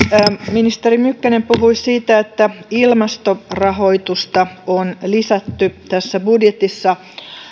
ministeri mykkänen puhui siitä että ilmastorahoitusta on lisätty tässä budjetissa